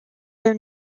their